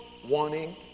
Wanting